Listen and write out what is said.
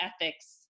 ethics